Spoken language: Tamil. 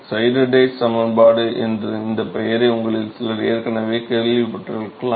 சைடர் டேட் சமன்பாடு என்ற இந்தப் பெயரை உங்களில் சிலர் ஏற்கனவே கேள்விப்பட்டிருக்கலாம்